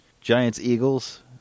Giants-Eagles